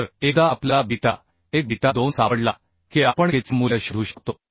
तर एकदा आपल्याला बीटा 1 बीटा 2 सापडला की आपण K चे मूल्य शोधू शकतो